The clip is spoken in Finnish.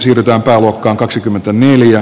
arvoisa herra puhemies